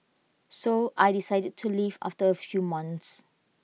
so I decided to leave after A few months